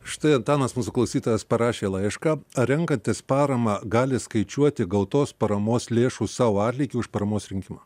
štai antanas mūsų klausytojas parašė laišką ar renkatės paramą gali skaičiuoti gautos paramos lėšų sau atlygį už paramos rinkimą